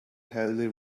highly